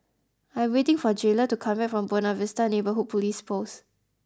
I am waiting for Jayla to come back from Buona Vista Neighbourhood Police Post